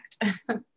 effect